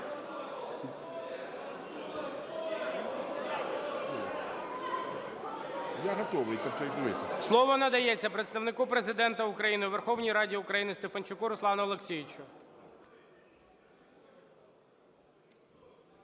Слово надається представнику Президента України у Верховній Раді України Стефанчуку Руслану Олексійовичу.